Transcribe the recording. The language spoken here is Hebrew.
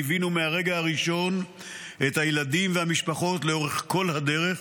ליווינו מהרגע הראשון את הילדים והמשפחות לאורך כל הדרך,